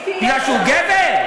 מפני שהוא גבר?